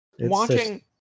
Watching